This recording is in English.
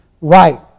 right